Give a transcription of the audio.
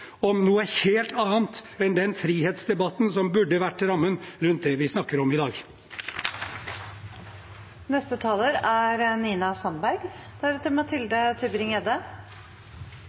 om noe helt annet enn den frihetsdebatten som burde ha vært rammen rundt det vi snakker om i dag.